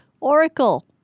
Oracle